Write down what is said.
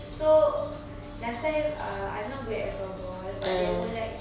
so last time uh I'm not good at floorball but there were like